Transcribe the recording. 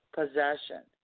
Possession